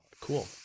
Cool